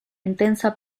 intensa